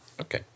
Okay